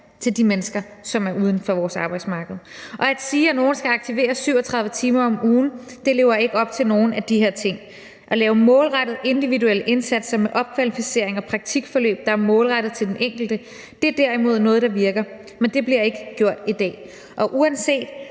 til de mennesker, som er uden for vores arbejdsmarked. Og det at sige, at nogle skal aktiveres 37 timer om ugen, lever ikke op til nogen af de her ting. At lave målrettede, individuelle indsatser med opkvalificering og praktikforløb, der er målrettet til den enkelte, er derimod noget, der virker. Men det bliver jo ikke gjort i dag. Og uanset